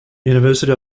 university